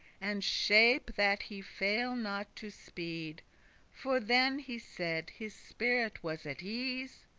and shape that he faile not to speed for then, he said, his spirit was at ease.